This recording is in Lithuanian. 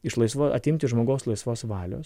iš laisvo atimti žmogaus laisvos valios